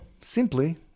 simply